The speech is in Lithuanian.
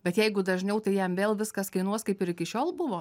bet jeigu dažniau tai jam vėl viskas kainuos kaip ir iki šiol buvo